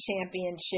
Championship